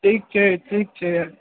ठीक छै ठीक छै